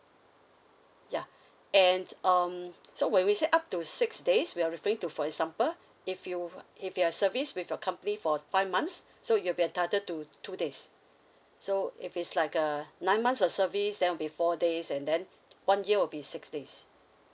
ya and um so when we said up to six days we're referring to for example if you if you've serviced with your company for five months so you'll be entitled to two days so if it's like uh nine months of service then will be four days and then one year will be six days